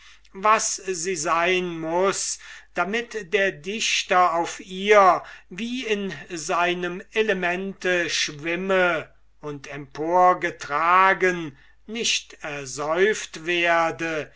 was sie sein muß damit der dichter auf ihr wie in seinem elemente schwimme und emporgetragen nicht ersäuft werde